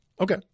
Okay